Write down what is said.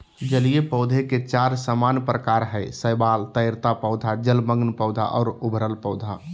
जलीय पौधे के चार सामान्य प्रकार हइ शैवाल, तैरता पौधा, जलमग्न पौधा और उभरल पौधा